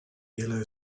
yellow